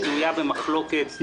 שנויה במחלוקת,